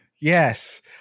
Yes